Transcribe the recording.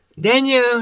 Daniel